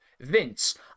Vince